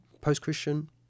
post-Christian